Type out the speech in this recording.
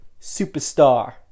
superstar